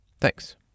Thanks